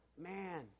man